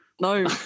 No